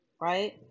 Right